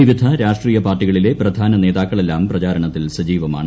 വിവിധ രാഷ്ട്രീയ പാർട്ടികളിലെ പ്രധാന നേതാക്കളെല്ലാം പ്രചാരണത്തിൽ സജീവമാണ്